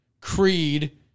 Creed